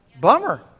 bummer